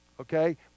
okay